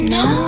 no